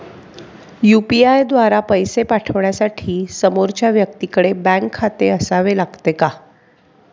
UPI द्वारा पैसे पाठवण्यासाठी समोरच्या व्यक्तीकडे बँक खाते असावे लागते का?